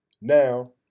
Now